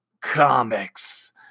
comics